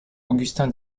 augustin